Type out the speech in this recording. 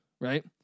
Right